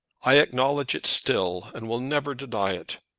i acknowledge it still, and will never deny it.